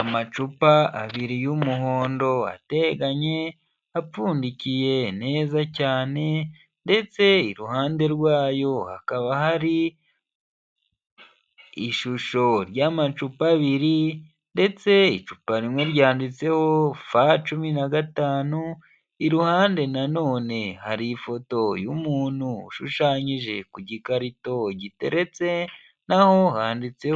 Amacupa abiri y'umuhondo ateganye apfundikiye neza cyane, ndetse iruhande rwayo hakaba hari ishusho ry'amacupa abiri, ndetse icupa rimwe ryanditseho f cumi na gatanu, iruhande na none hari ifoto y'umuntu ushushanyije ku gikarito giteretse, naho handitse